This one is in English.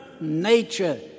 nature